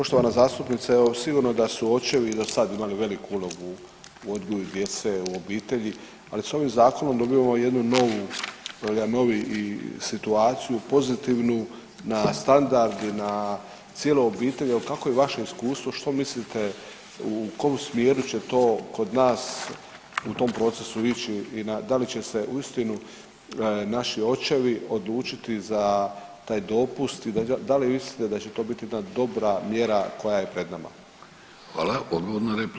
Poštovana zastupnice evo sigurno da su očevi dosad imali veliku ulogu u odgoju djece u obitelji, ali s ovim zakonom dobivamo jednu novu ili jedan novi i situaciju pozitivnu na standard, na cijelu obitelj i kakvo je vaše iskustvo, što mislite u kom smjeru će to kod nas u tom procesu ići i da li će se uistinu naši očevi odlučiti za taj dopust i da li mislite da će to biti jedna dobra mjera koja je pred nama?